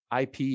IP